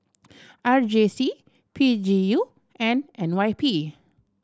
R J C P G U and N Y P